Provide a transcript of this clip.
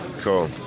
Cool